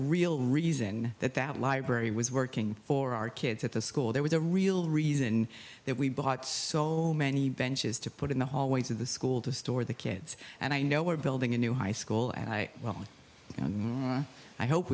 real reason that that library was working for our kids at the school there was a real reason that we bought sold many benches to put in the hallways of the school to store the kids and i know we're building a new high school and i i hope